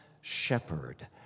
shepherd